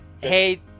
Hey